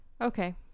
Okay